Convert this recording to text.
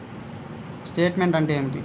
Statement అంటే ఏమిటి?